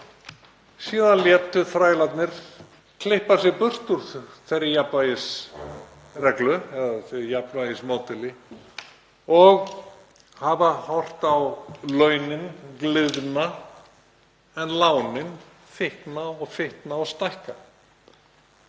Síðan létu þrælarnir klippa sig burt úr þeirri jafnvægisreglu eða því jafnvægismódeli og hafa horft á launin gliðna en lánin fitna og fitna og stækka.